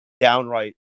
Downright